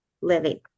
living